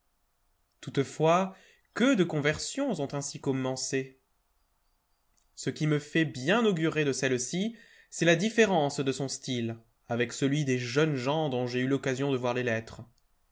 toutefois que de conversions ont ainsi commencé ce qui me fait bien augurer de celle-ci c'est la différence de son style avec celui des jeunes gens dont j'ai eu l'occasion de voir les lettres